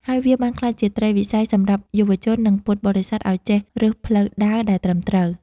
ហើយវាបានក្លាយជាត្រីវិស័យសម្រាប់យុវជន និងពុទ្ធបរិស័ទឱ្យចេះរើសផ្លូវដើរដែលត្រឹមត្រូវ។